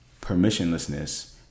permissionlessness